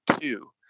Two